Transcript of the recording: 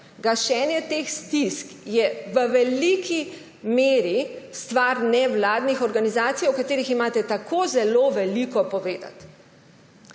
Gašenje teh stisk je v veliki meri stvar nevladnih organizacij, o katerih imate tako zelo veliko povedati.